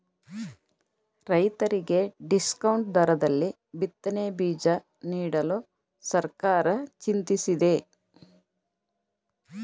ರೈತರಿಗೆ ಡಿಸ್ಕೌಂಟ್ ದರದಲ್ಲಿ ಬಿತ್ತನೆ ಬೀಜ ನೀಡಲು ಸರ್ಕಾರ ಚಿಂತಿಸಿದೆ